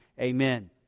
Amen